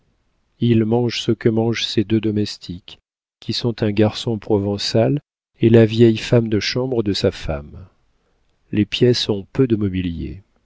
il mange ce que mangent ses deux domestiques qui sont un garçon provençal et la vieille femme de chambre de sa femme les pièces ont peu de mobilier